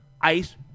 Ice